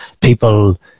people